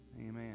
Amen